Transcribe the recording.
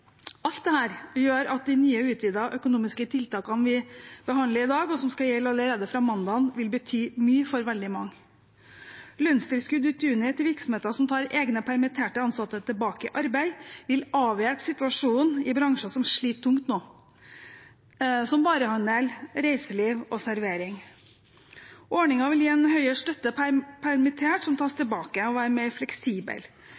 Alt dette gjør at de nye, utvidede økonomiske tiltakene vi behandler i dag, og som skal gjelde allerede fra mandag, vil bety mye for veldig mange. Lønnstilskudd ut juni til virksomheter som tar egne permitterte ansatte tilbake i arbeid, vil avhjelpe situasjonen i bransjer som sliter tungt nå, som varehandel, reiseliv og servering. Ordningen vil gi en høyere støtte til permitterte som tas